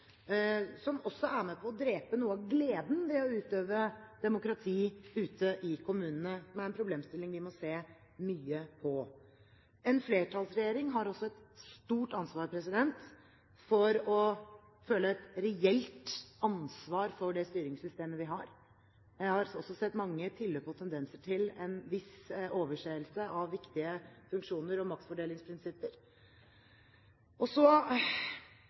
som også er med på å drepe noe av gleden ved å utøve demokrati ute i kommunene. Det er en problemstilling vi må se mye på. En flertallsregjering har også et stort ansvar for å føle et reelt ansvar for det styringssystemet vi har. Jeg har også sett mange tilløp og tendenser til å overse viktige funksjoner og maktfordelingsprinsipper.